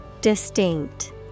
Distinct